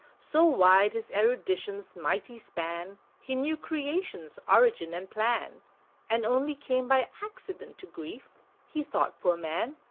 so wide his erudition's mighty span, he knew creation's origin and plan and only came by accident to grief he thought, poor man,